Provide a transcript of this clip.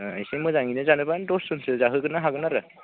एसे मोजाङैनो जानोब्ला दस जनसो जाहोनो हागोन आरो